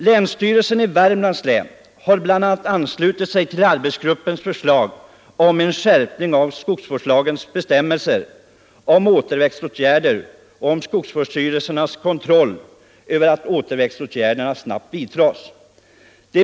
Länsstyrelsen i Värmland har bl.a. anslutit sig till arbetsgruppens förslag om en skärpning av skogsvårdslagens bestämmelser om återväxtåtgärder och om att skogsvårdsstyrelserna skall ha kontroll över att återväxtåtgärderna snabbt vidtas.